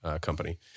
company